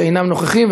שאינם נוכחים,